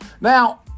Now